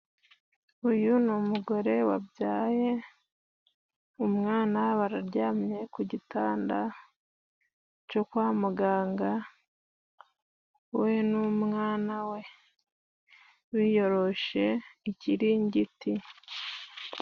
Uyu ni umugore wabyaye umwana bararyamye ku gitanda cyo kwa muganga ,we n'umwana we biyoroshe ikiringiti.